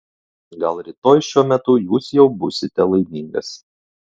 gal rytoj šiuo metu jūs jau būsite laimingas